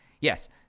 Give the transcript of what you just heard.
Yes